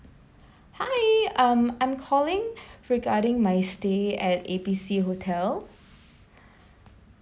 hi um I'm calling regarding my stay at A B C hotel